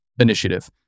initiative